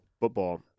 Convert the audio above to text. football